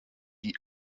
die